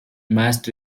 mast